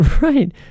Right